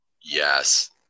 Yes